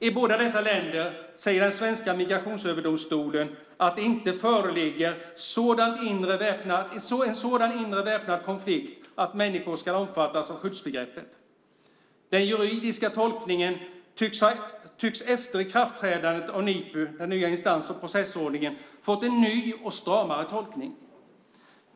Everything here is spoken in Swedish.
I båda dessa länder säger den svenska Migrationsöverdomstolen att det inte föreligger en sådan inre väpnad konflikt att människor ska omfattas av skyddsbegreppet. Den juridiska tolkningen tycks efter ikraftträdandet av NIPU, den nya instans och processordningen, ha blivit ny och stramare.